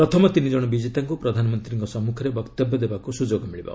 ପ୍ରଥମ ତିନିଜଣ ବିଜେତାଙ୍କୁ ପ୍ରଧାନମନ୍ତ୍ରୀଙ୍କ ସମ୍ମୁଖରେ ବକ୍ତବ୍ୟ ଦେବାକୁ ସୁଯୋଗ ମିଳିବ